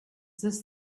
this